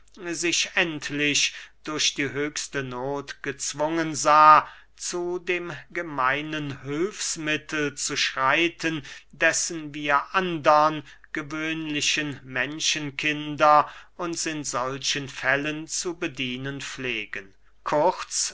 sich endlich durch die höchste noth gezwungen sah zu dem gemeinen hülfsmittel zu schreiten dessen wir andern gewöhnlichen menschenkinder uns in solchen fällen zu bedienen pflegen kurz